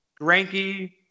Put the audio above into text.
Ranky